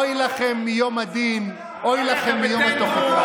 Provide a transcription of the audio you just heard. אוי לכם מיום הדין, אוי לכם מיום התוכחה.